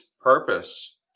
purpose